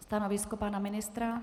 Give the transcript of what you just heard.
Stanovisko pana ministra?